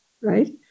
right